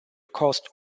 caused